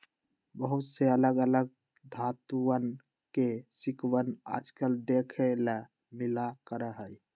बहुत से अलग अलग धातुंअन के सिक्कवन आजकल देखे ला मिला करा हई